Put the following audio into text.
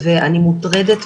שמי גיא להב, אני ראש מטה מנהל